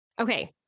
Okay